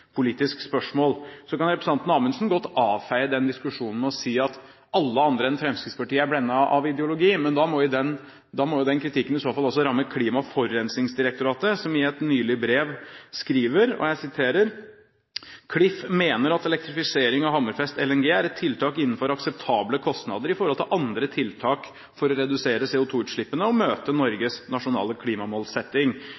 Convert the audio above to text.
spørsmål, og det er et HMS-politisk spørsmål. Så kan representanten Amundsen godt avfeie den diskusjonen med å si at alle andre enn Fremskrittspartiet er blendet av ideologi, men da må jo den kritikken i så fall også ramme Klima- og forurensningsdirektoratet, som i et brev nylig skriver: «Klif mener imidlertid at elektrifisering av Hammerfest LNG er et tiltak innenfor akseptable kostnader i forhold til andre tiltak for å redusere CO2-utslippene og møte